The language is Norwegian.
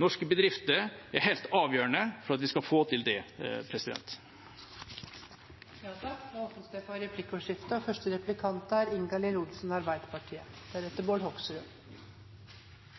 Norske bedrifter er helt avgjørende for at vi skal få til det. Det blir replikkordskifte. Hurtigruten måtte redusere anløp i mars knyttet til covid-19. Det